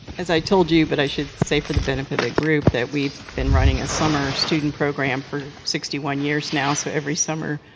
as i told you, but i should say for the benefit that group that we've been running a summer student program for sixty one years now. so, every summer,